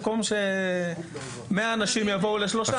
במקום 100 אנשים יבואו לשלושה אנשים,